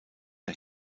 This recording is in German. der